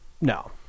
No